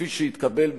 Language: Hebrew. כפי שהתקבל בשעתו,